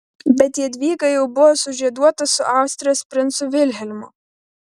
bet jadvyga jau buvo sužieduota su austrijos princu vilhelmu